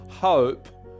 hope